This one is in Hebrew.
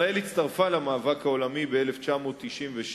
ישראל הצטרפה למאבק העולמי ב-1996,